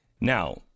Now